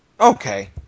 Okay